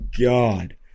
God